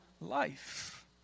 life